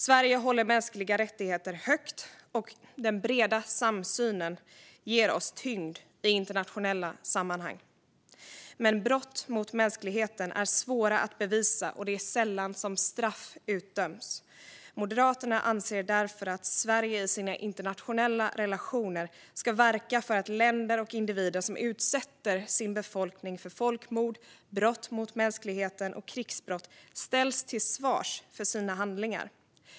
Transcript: Sverige håller mänskliga rättigheter högt, och den breda samsynen ger oss tyngd i internationella sammanhang. Men brott mot mänskligheten är svåra att bevisa, och det är sällan som straff utdöms. Moderaterna anser därför att Sverige i sina internationella relationer ska verka för att länder och individer som utsätter sin befolkning för folkmord, brott mot mänskligheten och krigsbrott ställs till svars för sina handlingar.